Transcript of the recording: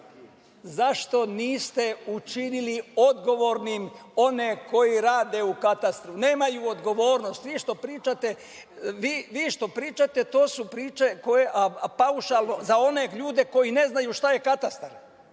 Zašto niste učinili odgovornim one koji rade u katastru? Nemaju odgovornost. Vi što pričate priče paušalno za one ljude koji ne znaju šta je katastar